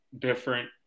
different